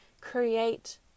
create